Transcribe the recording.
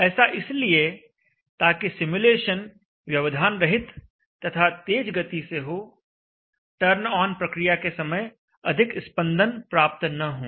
ऐसा इसलिए ताकि सिमुलेशन व्यवधान रहित तथा तेज गति से हो टर्न ऑन प्रक्रिया के समय अधिक स्पंदन प्राप्त न हों